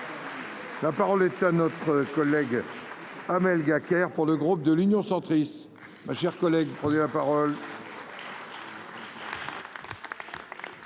La parole est à notre collègue Amalia Caire pour le groupe de l'Union centriste, ma chère collègue prenait la parole.